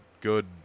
good